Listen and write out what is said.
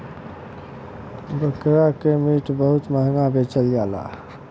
बकरा के मीट बहुते महंगा बेचल जाला